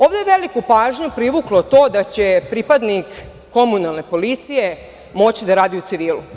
Ovde je veliku pažnju privuklo to da će pripadnik komunalne policije moći da radi u civilu.